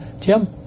Jim